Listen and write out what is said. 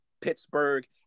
Pittsburgh